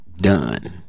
done